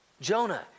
Jonah